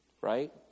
right